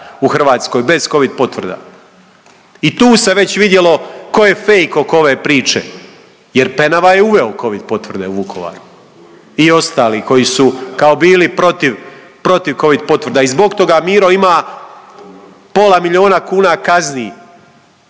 u Hrvatskoj, bez covid potvrda. I tu se već vidjelo tko je fake oko ove priče, jer Penava je uveo covid potvrde u Vukovaru i ostali koji su kao bili protiv, protiv covid potvrda i zbog toga Miro ima pola milijuna kuna kazni